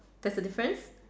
there's a difference